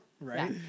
right